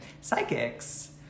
Psychics